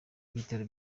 ibitaro